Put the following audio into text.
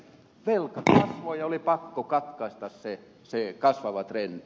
velka kasvoi ja oli pakko katkaista se kasvava trendi